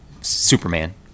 Superman